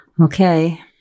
Okay